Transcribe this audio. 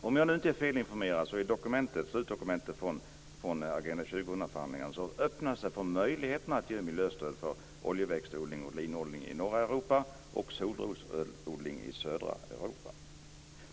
Om jag inte är felinformerad om slutdokumentet från Agenda 2000-förhandlingarna öppnar sig möjligheten att ge miljöstöd för oljeväxt och linodling i norra Europa och solrosodling i södra Europa.